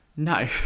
No